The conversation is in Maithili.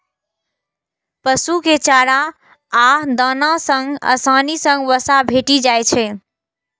पशु कें चारा आ दाना सं आसानी सं वसा भेटि जाइ छै